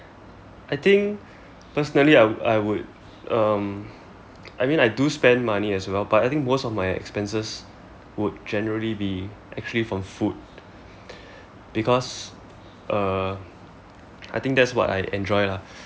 I think personally I w~ I would um I mean I do spend money as well my but I think most of my expenses would generally be actually from food because uh I think that's what I enjoy lah